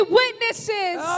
witnesses